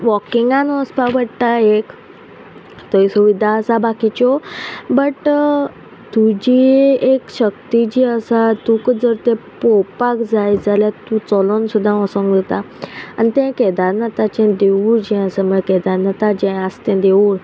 वॉकिंगान वचपा पडटा एक थंय सुविधा आसा बाकिच्यो बट तुजी एक शक्ती जी आसा तूका जर ते पोवपाक जाय जाल्यार तूं चलोन सुद्दां वचोंक जाता आनी ते केदारनाथाचे देवूळ जे आसा म्हळ्यार केदारनाथा जे आस तें देवूळ